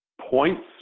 points